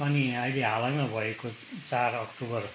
अनि अहिले हालैमा भएको चार अक्टोबर